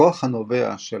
הכוח הנובע של